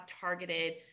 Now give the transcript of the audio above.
targeted